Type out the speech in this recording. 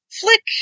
flick